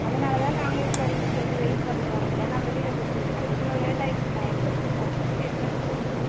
அதனால் தான் நாங்களும் சரின்னு சொல்லிட்டு வெய்ட் பண்ணுறோம் இல்லன்னா வெளியில் கொடுத்திருப்போம் இவ்வளவு லேட் ஆகிடுச்சு நான் எப்போ கொடுத்தன் கொடுத்து எவ்வளோ நாள் ஆகுது